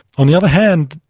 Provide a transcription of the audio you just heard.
on the other hand,